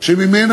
מי שם אותך